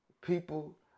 people